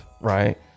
Right